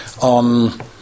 on